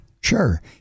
sure